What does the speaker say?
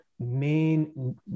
main